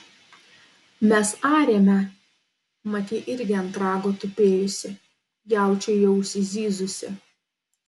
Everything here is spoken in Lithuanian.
mes arėme mat ji irgi ant rago tupėjusi jaučiui į ausį zyzusi